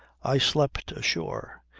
i slept ashore.